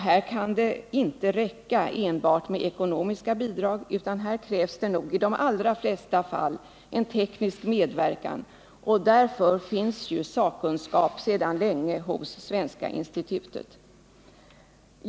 Här kan det inte räcka enbart med ekonomiska bidrag, utan här krävs det nog i de allra flesta fall också teknisk medverkan, och på det området finns ju sakkunskap sedan länge hos Svenska institutet.